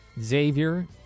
Xavier